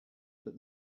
but